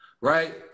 right